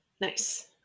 Nice